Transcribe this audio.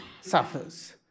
suffers